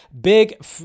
Big